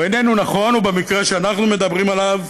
הוא איננו נכון, ובמקרה שאנחנו מדברים עליו,